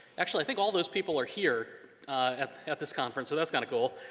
actually, i think all those people are here at at this conference, so that's kinda cool.